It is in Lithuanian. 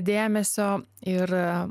dėmesio ir